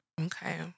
Okay